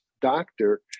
doctor